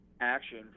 action